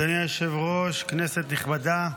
אדוני היושב-ראש, כנסת נכבדה,